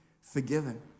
forgiven